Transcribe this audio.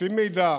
רוצים מידע,